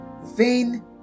vain